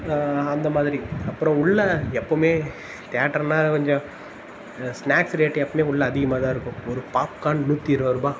அந்த மாதிரி அப்புறம் உள்ள எப்பவுமே தியேட்டருனா கொஞ்சம் சிநேக்ஸ் ரேட்டுமே உள்ள அதிகமாக தான் இருக்கும் ஒரு பாப்க்கான் நூற்றி இருபது ருபாய்